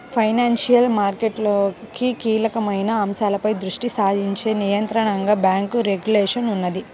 financial మార్కెట్లలో కీలకమైన అంశాలపై దృష్టి సారించే నియంత్రణగా బ్యేంకు రెగ్యులేషన్ ఉన్నది